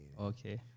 okay